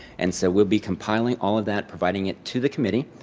and so, we'll be compiling all of that, providing it to the committee,